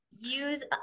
use